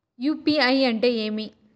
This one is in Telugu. యు.పి.ఐ అంటే ఏమి?